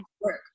work